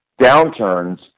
downturns